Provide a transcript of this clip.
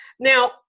Now